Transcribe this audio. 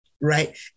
right